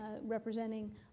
representing